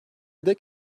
dek